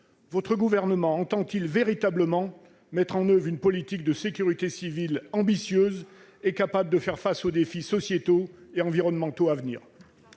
votre gouvernement entend-il véritablement mettre en place une politique de sécurité civile ambitieuse et capable de faire face aux défis sociétaux et environnementaux à venir ?